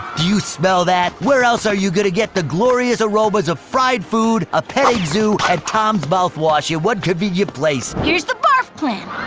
you smell that? where else are you going to get the glorious aromas of fried food, a petting zoo, and tom's mouthwash in one convenient place. here's the barf plan.